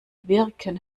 wirken